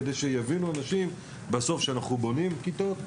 כדי שיבינו אנשים שאנחנו בונים כיתות,